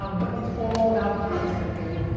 um but it's all about content, baby.